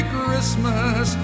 Christmas